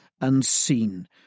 unseen